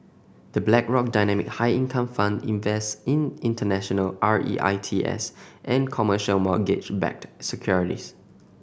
The Blackrock Dynamic High Income Fund invests in international R E I T S and commercial mortgage backed securities